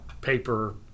paper